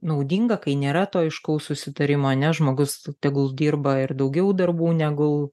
naudinga kai nėra to aiškaus susitarimo ane žmogus tegul dirba ir daugiau darbų negu